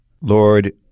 Lord